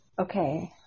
Okay